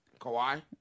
Kawhi